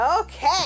Okay